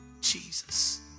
Jesus